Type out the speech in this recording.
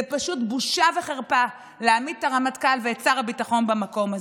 זה פשוט בושה וחרפה להעמיד את הרמטכ"ל ואת שר הביטחון במקום הזה.